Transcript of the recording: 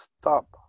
stop